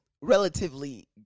relatively